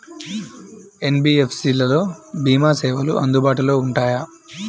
NBFC లలో భీమా సేవలు అందుబాటులో ఉంటాయా?